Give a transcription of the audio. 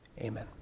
Amen